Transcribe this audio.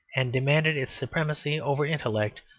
and demanded its supremacy over intellect,